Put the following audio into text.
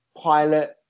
pilot